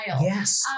Yes